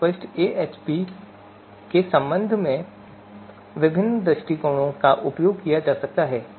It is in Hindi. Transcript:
अस्पष्ट एएचपी के संबंध में विभिन्न दृष्टिकोणों का उपयोग किया गया है